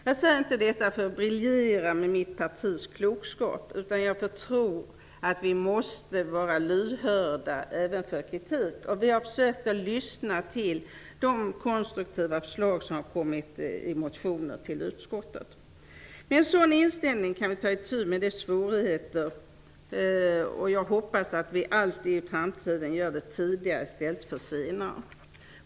Jag säger inte detta för att briljera med mitt partis klokskap utan därför att jag tror att vi måste visa lyhördhet även för kritik. Jag har försökt att lyssna till de konstruktiva förslag som har framförts i motioner som behandlats i utskottet. Med en sådan inställning kan vi ta itu med svårigheterna, och jag hoppas att vi i framtiden alltid skall göra det tidigt och inte på ett sent stadium.